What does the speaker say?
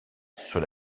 sur